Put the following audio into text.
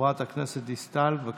חברת הכנסת דיסטל, בבקשה.